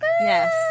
Yes